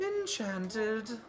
Enchanted